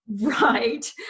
Right